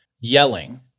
yelling